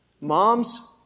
Moms